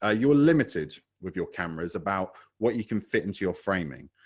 ah you are limited with your cameras about what you can fit into your framing,